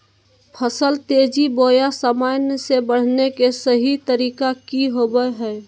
फसल तेजी बोया सामान्य से बढने के सहि तरीका कि होवय हैय?